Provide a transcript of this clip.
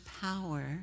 power